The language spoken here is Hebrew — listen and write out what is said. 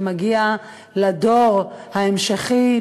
זה מגיע לדור ההמשכי,